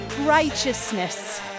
righteousness